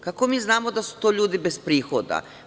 Kako mi znamo da su to ljudi bez prihoda.